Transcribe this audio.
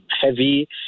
heavy